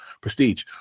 prestige